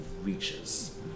reaches